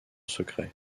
secret